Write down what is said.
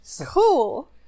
Cool